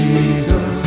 Jesus